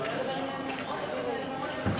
סעיף 1 נתקבל.